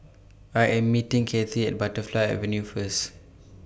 I Am meeting Cathie At Butterfly Avenue First